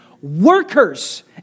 workers